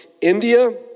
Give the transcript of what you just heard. India